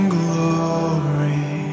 glory